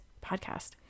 podcast